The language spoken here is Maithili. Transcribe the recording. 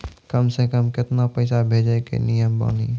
कम से कम केतना पैसा भेजै के नियम बानी?